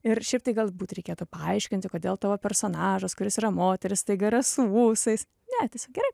ir šiaip tai galbūt reikėtų paaiškinti kodėl tavo personažas kuris yra moteris staiga yra su ūsais ne tiesiog gerai